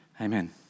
Amen